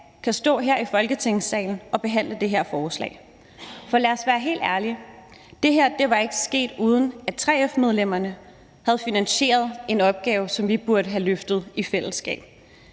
kan stå her i Folketingssalen og behandle det her forslag. For lad os være helt ærlige: Det her var ikke sket, uden at 3F-medlemmerne havde finansieret en opgave, som vi burde have løftet i fællesskab.